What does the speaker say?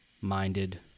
minded